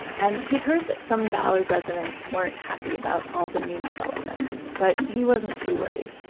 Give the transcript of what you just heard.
and he heard that some ballard residents weren't happy about all the new development but he wasn't too worried.